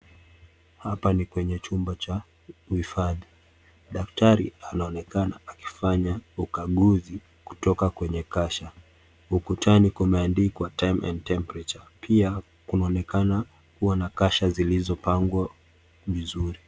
Hapa ni kwenye chumba cha kuifadhi, daktari anaonekana akifanya ukaguzi kutoka kwenye kasha. Ukutani kumeandikwa time and temperature ,pia kunaonekana kuwa na kasha zilizopangwa vizuri.